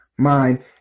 mind